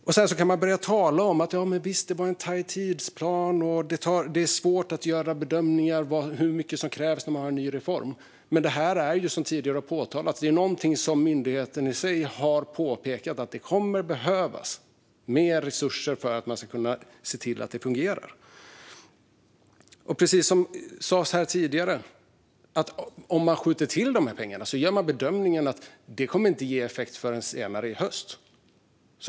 Visst kan man säga att det var en tajt tidsplan och att det är svårt att bedöma hur mycket som krävs vid en ny reform, men som tidigare har påpekats har myndigheten själv påtalat att det kommer att behövas mer resurser för att det hela ska fungera. Som sades här tidigare gör man bedömningen att om man skjuter till pengar kommer det inte att få någon effekt förrän senare i höst.